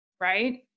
right